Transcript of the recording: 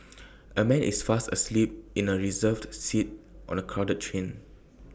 A man is fast asleep in A reserved seat on A crowded train